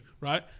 Right